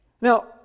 Now